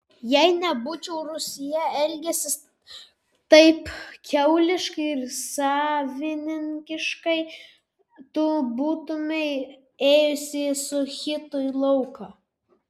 jei nebūčiau rūsyje elgęsis taip kiauliškai ir savininkiškai tu nebūtumei ėjusi su hitu į lauką